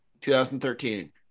2013